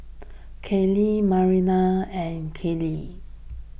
Kathey Marlana and Karlie